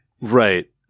Right